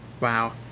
Wow